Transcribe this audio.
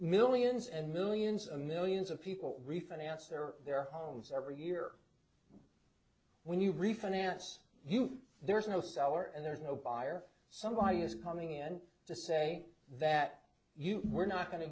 millions and millions and millions of people refinance their their homes every year when you refinance you there's no sour and there's no buyer somebody is coming in to say that you were not going to